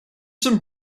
some